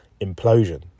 implosion